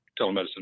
telemedicine